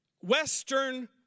Western